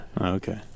Okay